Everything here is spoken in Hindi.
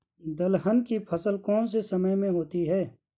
दलहन की फसल कौन से समय में होती है?